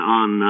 on